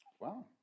Wow